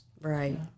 right